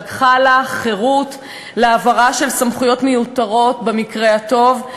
לקחה לה חירות להעברה של סמכויות מיותרת במקרה הטוב,